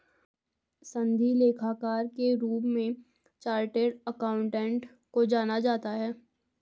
सनदी लेखाकार के रूप में चार्टेड अकाउंटेंट को जाना जाता है